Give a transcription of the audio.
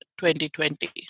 2020